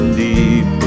deep